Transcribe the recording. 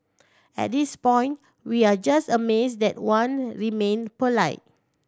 at this point we are just amazed that Wan remained polite